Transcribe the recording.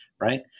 Right